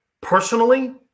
personally